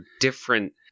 different